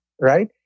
right